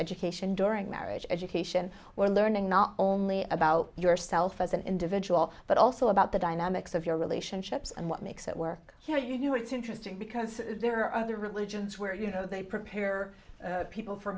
education during marriage education we're learning not only about yourself as an individual but also about the dynamics of your relationships and what makes it work here you know it's interesting because there are other religions where you know they prepare people for